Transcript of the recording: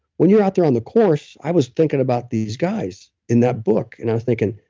when you're out there on the course, i was thinking about these guys in that book and i was thinking,